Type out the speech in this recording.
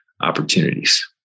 opportunities